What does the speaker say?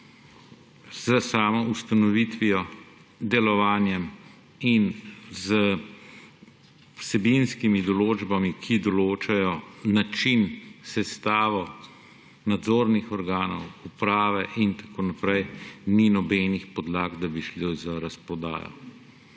S samo ustanovitvijo, delovanjem in z vsebinskimi določbami, ki določajo način, sestavo nadzornih organov, uprave in tako naprej ni nobenih podlag, da bi šlo za razprodajo.